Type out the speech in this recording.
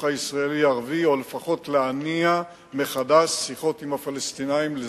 הישראלי-ערבי או לפחות להניע מחדש שיחות עם הפלסטינים להסדר.